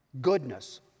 goodness